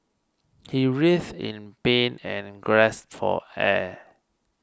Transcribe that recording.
he writhed in pain and gasped for air